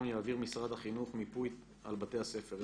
יעביר משרד החינוך מיפוי על בתי הספר.